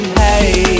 hey